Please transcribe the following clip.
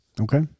Okay